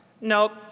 nope